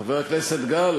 חבר הכנסת גל,